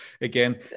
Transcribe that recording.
again